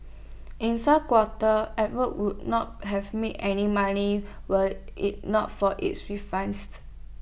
in some quarters would not have made any money were IT not for its